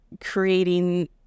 creating